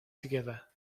together